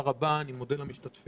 תודה רבה, אני מודה למשתתפים.